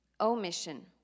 omission